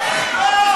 אין לזה שום ערך.